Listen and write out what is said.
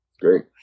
Great